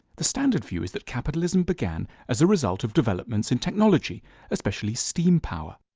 the standard view is that capitalism began as a result of developments in technology especially steam power.